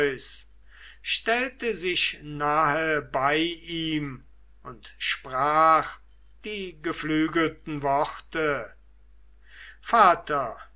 stellte sich nahe bei ihm und sprach die geflügelten worte vater